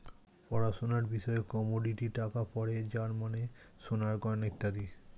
পড়াশোনার বিষয়ে কমোডিটি টাকা পড়ে যার মানে সোনার গয়না ইত্যাদি